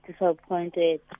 disappointed